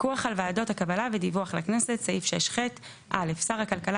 פיקוח על ועדות הקבלה ודיווח לכנסת 6ח. (א) שר הכלכלה